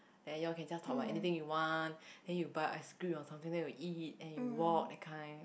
then you all can just talk about anything you want then you buy ice cream or something then you eat then you walk that kind